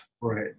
Right